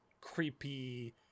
creepy